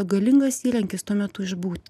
galingas įrankis tuo metu išbūti